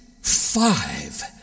five